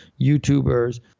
YouTubers